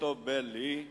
חוטובּלי,